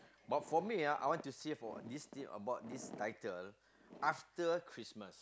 but for me ah I want to see for this team about this title after Christmas